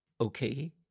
okay